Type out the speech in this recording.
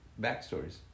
backstories